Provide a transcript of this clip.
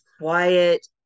quiet